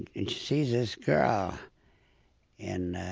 and she sees this girl in,